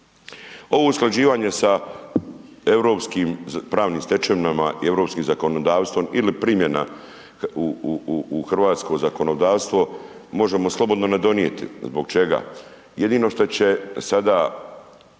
Ovo usklađivanje sa europskim pravnim stečevinama i europskim zakonodavstvom ili primjena u hrvatsko zakonodavstvo možemo slobodno ne donijeti. Zbog čega? Jedino šta će sada